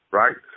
right